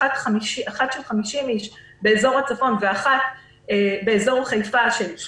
האחת של 50 אנשים באזור הצפון והשנייה של 30 אנשים באזור חיפה,